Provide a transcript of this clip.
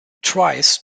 twice